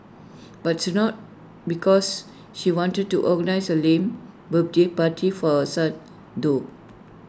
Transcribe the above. but it's not because she wanted to organise A lame birthday party for her son though